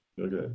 okay